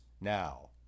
now